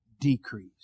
decrease